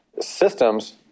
systems